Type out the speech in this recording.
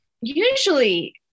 usually